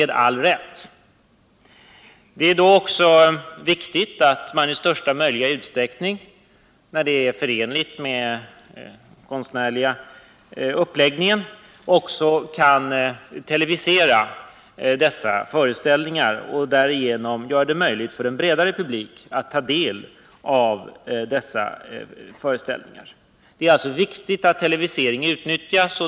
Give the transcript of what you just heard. Det är därför viktigt att man i största möjliga utsträckning, när det är förenligt med den konstnärliga uppläggningen, också kan televisera deras föreställningar och därigenom göra det möjligt för en bredare publik att ta del av föreställningarna. Det är alltså viktigt att televisering utnyttjas.